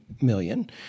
million